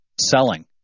selling